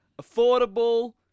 affordable